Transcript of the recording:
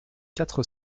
quatre